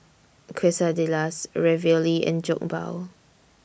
Quesadillas Ravioli and Jokbal